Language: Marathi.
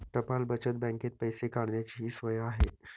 टपाल बचत बँकेत पैसे काढण्याचीही सोय आहे